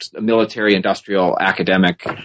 military-industrial-academic